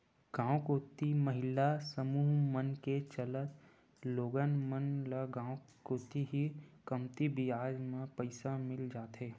गांव कोती महिला समूह मन के चलत लोगन मन ल गांव कोती ही कमती बियाज म पइसा मिल जाथे